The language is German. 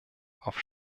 auf